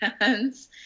hands